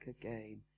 again